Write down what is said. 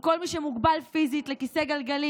עם כל מי שמוגבל פיזית לכיסא גלגלים,